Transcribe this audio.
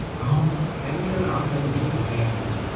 oh, send her up and be hanged.